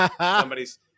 Somebody's